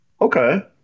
Okay